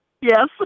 Yes